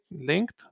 linked